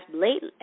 late